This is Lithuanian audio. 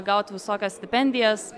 gaut visokias stipendijas